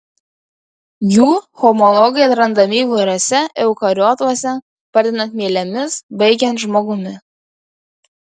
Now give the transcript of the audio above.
jų homologai randami įvairiuose eukariotuose pradedant mielėmis baigiant žmogumi